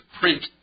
print